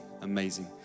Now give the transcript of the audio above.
Amazing